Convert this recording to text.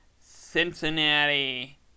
Cincinnati